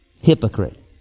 Hypocrite